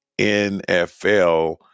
NFL